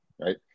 right